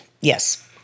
Yes